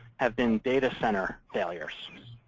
have been data center failures,